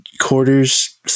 quarters